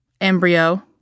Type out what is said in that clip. embryo